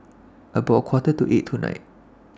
about A Quarter to eight tonight